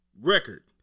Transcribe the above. Record